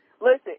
listen